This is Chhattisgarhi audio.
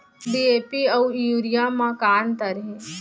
डी.ए.पी अऊ यूरिया म का अंतर हे?